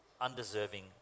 undeserving